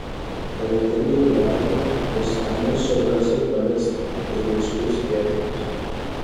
karantino ribojimai uostamiesčio verslui paliks ryškius pėdsakus